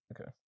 okay